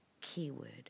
keyword